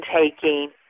taking